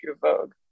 Vogue